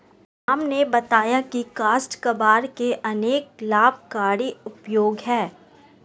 राम ने बताया की काष्ठ कबाड़ के अनेक लाभकारी उपयोग हैं